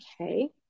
Okay